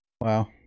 Wow